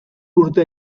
urte